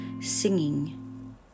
singing